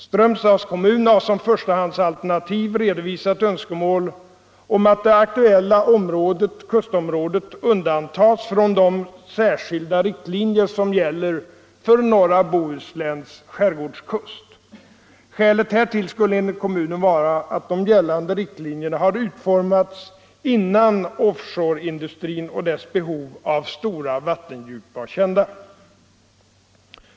Strömstads kommun har som förstahandsalternativ redovisat önskemål om att det aktuella kustområdet undantas från de särskilda riktlinjer som gäller för norra Bohusläns skärgårdskust. Skälet härtill skulle enligt kommunen vara att de gällande riktlinjerna har utformats innan offshoreindustrin och dess behov av stora vattendjup var kända.